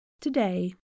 Today